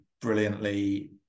brilliantly